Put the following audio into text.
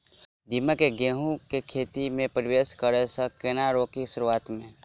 दीमक केँ गेंहूँ केँ खेती मे परवेश करै सँ केना रोकि शुरुआत में?